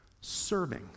Serving